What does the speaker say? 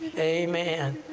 amen!